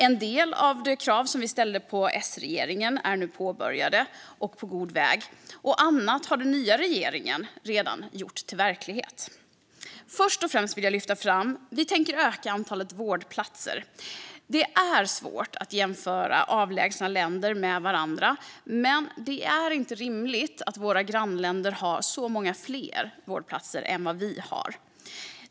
En del av de åtgärder vi ställde som krav på S-regeringen att vidta är nu är påbörjade och på god väg, annat har den nya regeringen redan gjort till verklighet. Jag vill först och främst lyfta fram följande. Vi tänker öka antalet vårdplatser. Det är svårt att jämföra avlägsna länder med varandra. Men det är inte rimligt att våra grannländer har så många fler vårdplatser än vad vi har.